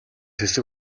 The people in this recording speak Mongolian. хэсэг